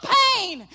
pain